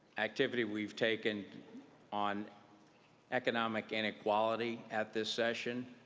activity we've taken on economic inequality at this session,